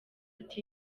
ati